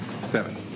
Seven